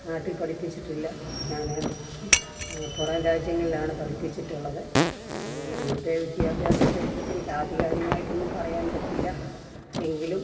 നാട്ടിൽ പഠിപ്പിച്ചിട്ടില്ല ഞാൻ പുറംരാജ്യങ്ങളിലാണ് പഠിപ്പിച്ചിട്ടുള്ളത് അതുകൊണ്ട് ഇവിടുത്തെ വിദ്യാഭ്യാസത്തെ കുറിച്ച് എനിക്ക് ആധികാരികമായിട്ടൊന്നും പറയാൻ പറ്റില്ല എങ്കിലും